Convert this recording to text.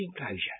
enclosure